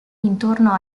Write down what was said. intorno